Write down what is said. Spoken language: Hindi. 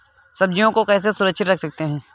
सब्जियों को कैसे सुरक्षित रख सकते हैं?